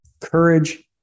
courage